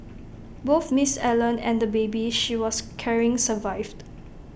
both miss Allen and the baby she was carrying survived